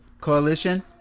coalition